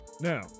Now